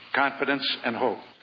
confidence and hope.